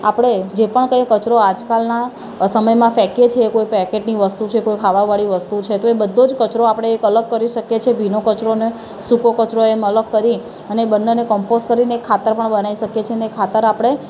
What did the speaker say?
આપણે જે પણ કાંઈ કચરો આજકાલના સમયમાં ફેંકીએ છીએ કોઈ પૅકેટની વસ્તુ છે કોઈ ખાવાવાળી વસ્તુ છે તો એ બધો જ કચરો આપણે એક અલગ કરી શકીએ છીએ ભીનો કચરો અને સૂકો કચરો એમ અલગ કરી અને એ બંનેને કમ્પોઝ કરીને ખાતર પણ બનાવી શકીએ છેએ અને એ ખાતર આપણે